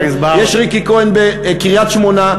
יש ריקי כהן בקריית-שמונה,